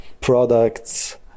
products